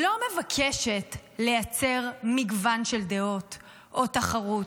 לא מבקשת לייצר מגוון של דעות או תחרות.